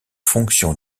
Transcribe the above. fonction